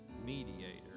mediator